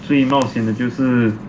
最冒险的就是